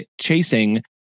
chasing